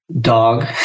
dog